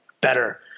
better